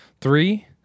three